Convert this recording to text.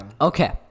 Okay